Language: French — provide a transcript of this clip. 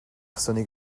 personnes